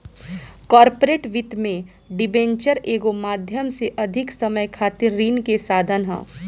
corporate वित्त में debenture एगो माध्यम से अधिक समय खातिर ऋण के साधन ह